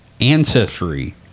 Ancestry